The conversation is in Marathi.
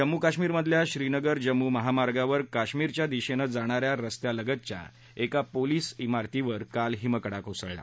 जम्मू काश्मीरमधल्या श्रीनगर जम्मू महामार्गावर काश्मीरच्या दिशेनं जाणाऱ्या रस्त्यालगतच्या एका पोलीस ईमारतीवर काल हिमकडा कोसळला